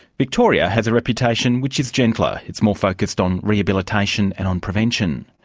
victoria has a reputation which is gentler, it's more focused on rehabilitation and on prevention.